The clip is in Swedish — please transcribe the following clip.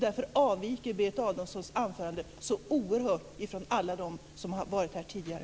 Därför avviker Berit Adolfssons anförande så oerhört från alla som hållits här tidigare.